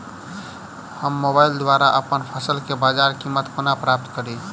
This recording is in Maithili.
हम मोबाइल द्वारा अप्पन फसल केँ बजार कीमत कोना प्राप्त कड़ी?